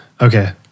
Okay